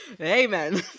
Amen